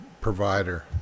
provider